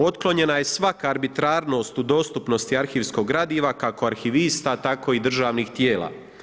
Otklonjena je svaka arbitrarnost u dostupnosti arhivskog gradiva kako arhivista, tako i državnih tijela.